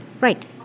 Right